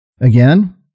again